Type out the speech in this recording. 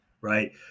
right